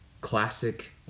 classic